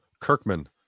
Kirkman